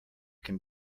can